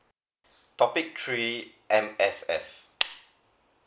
topic three M_S_F